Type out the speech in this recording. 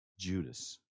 Judas